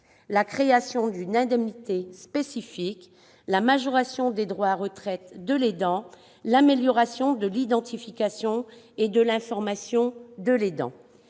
la création d'une indemnité spécifique, la majoration des droits à retraite de l'aidant, ou encore l'amélioration de l'identification et de l'information de ce